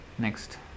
Next